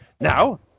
Now